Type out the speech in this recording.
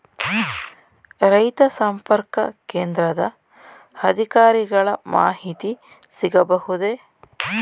ರೈತ ಸಂಪರ್ಕ ಕೇಂದ್ರದ ಅಧಿಕಾರಿಗಳ ಮಾಹಿತಿ ಸಿಗಬಹುದೇ?